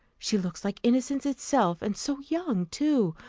she looks like innocence itself and so young, too!